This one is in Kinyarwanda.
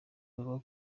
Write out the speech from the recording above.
bavuga